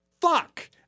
fuck